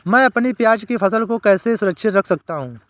मैं अपनी प्याज की फसल को कैसे सुरक्षित रख सकता हूँ?